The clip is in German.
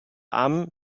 armen